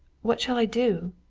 what shall i do?